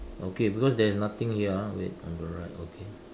okay because there's nothing here ah wait on the right okay